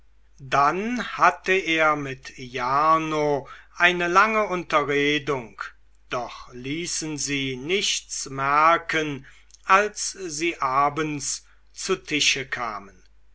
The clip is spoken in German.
dann hatte er mit jarno eine lange unterredung doch ließen sie nichts merken als sie abends zu tische kamen